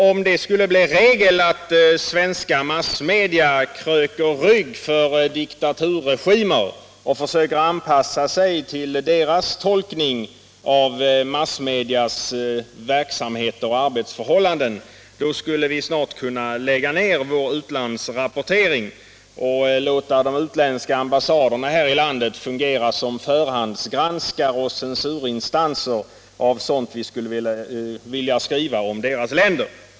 Om det skulle bli regel att svenska massmedia kröker rygg för diktaturregimer och försöker anpassa sig till deras tolkning av massmedias verksamheter och arbetsförhållanden skulle vi nämligen snart kunna lägga ned vår utlandsrapportering och låta de utländska ambassaderna här i landet fungera som förhandsgranskare och censurinstanser för sådant som vi skulle vilja skriva om deras hemländer.